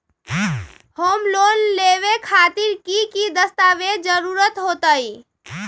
Home loan लेबे खातिर की की दस्तावेज के जरूरत होतई?